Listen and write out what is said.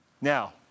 Now